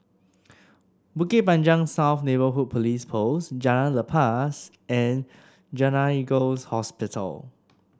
Bukit Panjang South Neighbourhood Police Post Jalan Lepas and Gleneagles Hospital